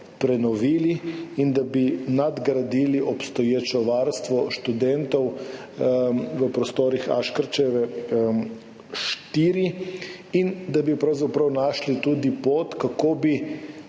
prenovili in da bi nadgradili obstoječo varstvo študentov v prostorih Aškerčeve 4 in da bi pravzaprav našli tudi pot, kako bi